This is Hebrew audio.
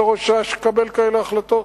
אוי לראשה שיקבלו כאלה החלטות.